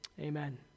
amen